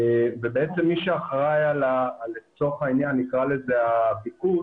בעצם מי שאחראי על - לצורך העניין נקרא לזה הביקוש